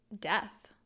death